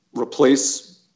replace